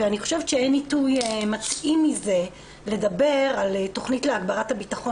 ואני חושבת שאין עיתוי מתאים מזה לדבר על תכנית להגברת הביטחון